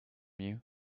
you